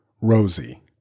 Rosie